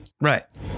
Right